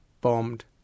bombed